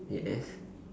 yes